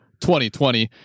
2020